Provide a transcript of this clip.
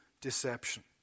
deception